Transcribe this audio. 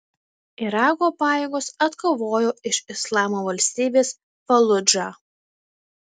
irako pajėgos atkovojo iš islamo valstybės faludžą